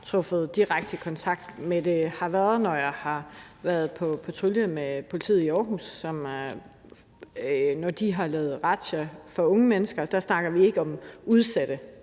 selv har haft direkte kontakt med det, har været, når jeg har været på patrulje med politiet i Aarhus, når de har lavet razzia mod unge mennesker. Her snakker vi ikke om udsatte.